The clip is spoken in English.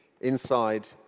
Inside